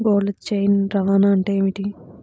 Cold chain రవాణా అంటే ఏమిటీ?